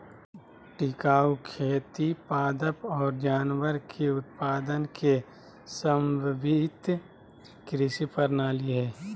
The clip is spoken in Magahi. टिकाऊ खेती पादप और जानवर के उत्पादन के समन्वित कृषि प्रणाली हइ